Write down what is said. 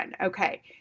okay